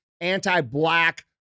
anti-black